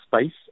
space